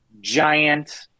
giant